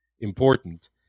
important